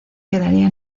quedaría